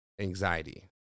anxiety